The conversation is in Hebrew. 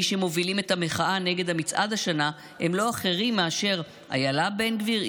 מי שמובילים את המחאה נגד המצעד השנה הם לא אחרים מאשר אילה בן גביר,